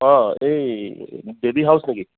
অঁ এই baby house নেকি